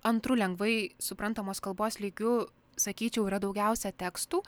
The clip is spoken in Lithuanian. antru lengvai suprantamos kalbos lygiu sakyčiau yra daugiausia tekstų